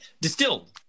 distilled